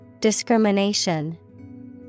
Discrimination